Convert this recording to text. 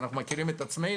אנחנו מכירים את עצמנו,